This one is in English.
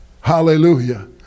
Hallelujah